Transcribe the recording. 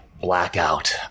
Blackout